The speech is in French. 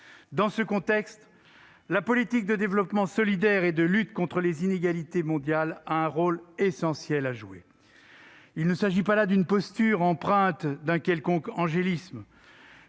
Dans ce contexte, la politique de développement solidaire et de lutte contre les inégalités mondiales a un rôle essentiel à jouer. Il ne s'agit pas là d'une posture empreinte d'un quelconque angélisme,